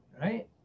Right